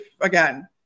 again